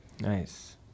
Nice